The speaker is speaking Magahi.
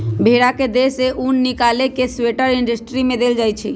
भेड़ा के देह से उन् निकाल कऽ स्वेटर इंडस्ट्री में देल जाइ छइ